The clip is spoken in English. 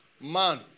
man